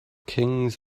kings